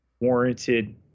warranted